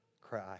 cry